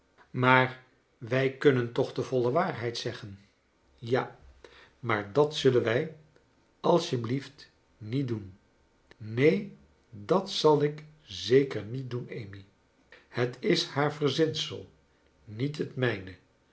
maar wij kunncn toch de voile waarheid zeggen ja maar dat zullen wij alsjeblieft niet doen neen dat zal ik zekor niet doen amy het is haar verzinsel niet het mij